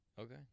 Okay